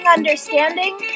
Understanding